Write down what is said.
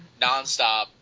nonstop